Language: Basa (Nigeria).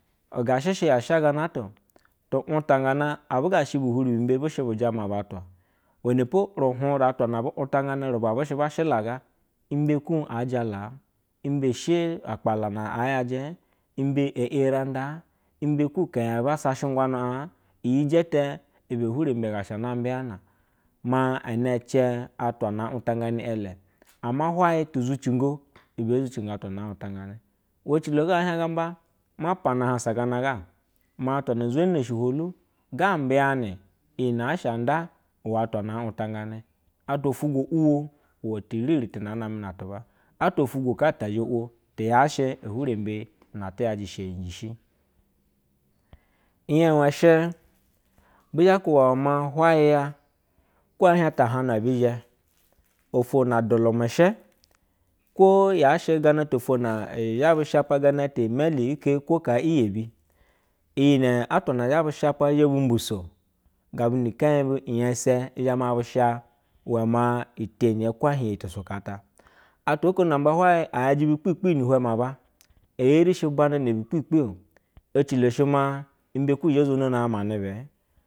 Yga shehe yasha ganata tu wanfa gana abu ya shi butuni bu mba bushi gda sha bu jama ba atwa mene po runun ra auna abu utanfane abushe ba shi laga, imbe ku aja mbeku shu aphala a yage imbe eri anda ima leukanyi aba sagunu aj yijete ibe i hemi mbo ga she ana mbeyana, ma ana ceg atwa na utangane, ecili ama humaye tuzu singo ozhigo atwa na autangana we ecilo ga nea pana a hensa gana ga ma atwa na autangangane, atwa fogwo iwo iwe tenri tuna name natuba atwa tughez ta zhe iwo tiyashe ehurambe naatu iyaje shejishi iyambi she be zha imba imbaye ya koya she taharun abi zhe ofwo na elulu mushe gana to afwo na zhe ma shapa ti imele ile koka iyebi mi na atwa na zhe bushapa zhe mbiso gabu ni kenyi bu nyesa zje mabu sha uwama iteniya ko rehei iyi tusaka ata atwa namba lukuya a yaje ba gbege nu lewan ma aba arisu abana ne bu gbegbe ecilo she mas imbe luzhe zono an ad manebɛ.